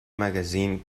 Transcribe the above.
magazine